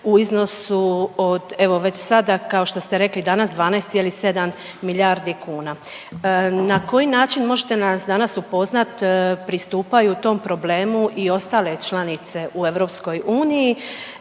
u iznosu od evo već sada kao što ste rekli 12,7 milijardi kuna. Na koji način možete li nas danas upoznat pristupaju tom problemu i ostale članice u EU, dali oni